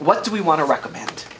what do we want to recommend